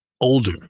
older